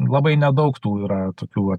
labai nedaug tų yra tokių